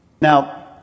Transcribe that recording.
Now